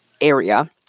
area